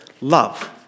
love